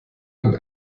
und